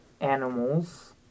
animals